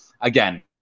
again